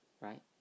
right